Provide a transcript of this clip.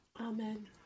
Amen